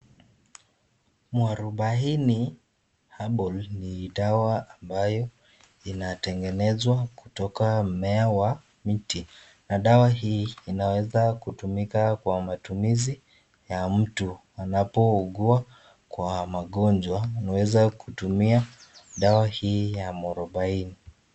Muarubaini Herbal ni dawa ambayo inategenezwa kutoka mmea wa mti na dawa hii inaweza kutumika kwa matumizi ya mtu anapougua kwa magonjwa anaweza kutumia dawa hii ya Muarubaini.